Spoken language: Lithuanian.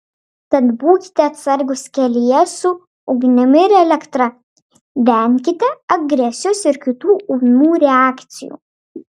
tad būkite atsargūs kelyje su ugnimi ir elektra venkite agresijos ir kitų ūmių reakcijų